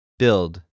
build